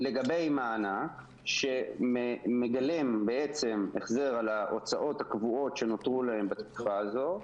לגבי מענק שמגלם בעצם החזר על ההוצאות הקבועות שנותרו להם בתקופה הזו,